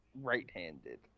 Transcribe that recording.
right-handed